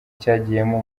cyagiyemo